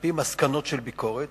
על-פי מסקנות של ביקורת,